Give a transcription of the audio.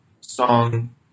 song